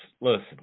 listen